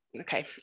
okay